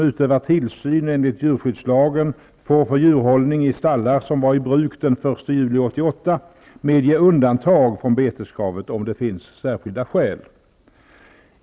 1988 medge undantag från beteskravet om det finns särskilda skäl.